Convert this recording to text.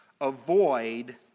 Avoid